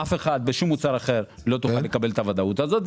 בשום מוצר אחד לא תוכל לקבל את הוודאות הזו.